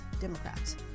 Democrats